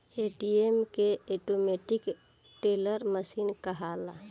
ATM के automatic teller machine कहाला